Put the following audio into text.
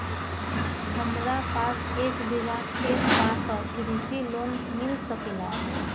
हमरा पास एक बिगहा खेत बा त कृषि लोन मिल सकेला?